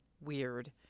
weird